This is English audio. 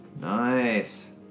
Nice